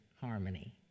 harmony